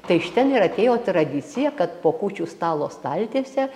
tai iš ten ir atėjo tradicija kad po kūčių stalo staltiese